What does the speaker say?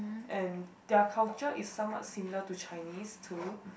and their culture is some what similar to Chinese too